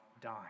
die